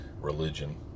religion